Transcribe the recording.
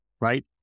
right